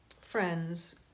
friends